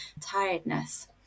tiredness